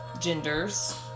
genders